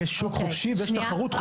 ויש שוק חופשי ויש תחרות.